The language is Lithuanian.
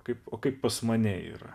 kaip o kaip pas mane yra